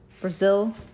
Brazil